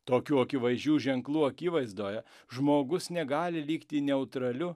tokių akivaizdžių ženklų akivaizdoje žmogus negali likti neutraliu